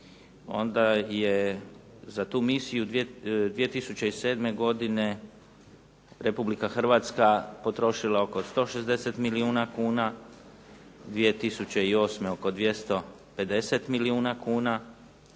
onda je za tu misiju 2007. godine Republika Hrvatska potrošila 160 milijuna kuna, 2008. oko 250 milijuna kuna,